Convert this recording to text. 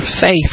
faith